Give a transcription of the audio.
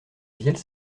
vielle